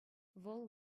вӑл